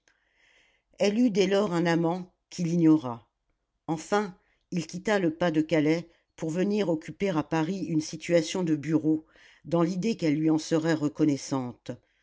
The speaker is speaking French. eut dès lors un amant qu'il ignora enfin il quitta le pas-de-calais pour venir occuper à paris une situation de bureau dans l'idée qu'elle lui en serait reconnaissante